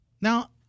Now